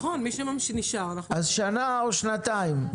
אז שנה או שנתיים?